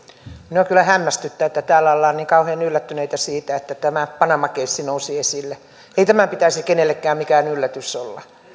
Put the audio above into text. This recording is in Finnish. minua kyllä hämmästyttää että täällä ollaan niin kauhean yllättyneitä siitä että tämä panama keissi nousi esille ei tämän pitäisi kenellekään mikään yllätys olla